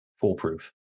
Foolproof